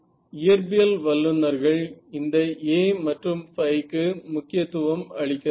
இயற்பியல் வல்லுநர்கள் இந்த A மற்றும் ϕ க்கு முக்கியத்துவம் அளிக்கிறார்கள்